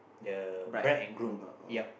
the bride and groom yup